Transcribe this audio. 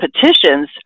petitions